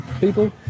people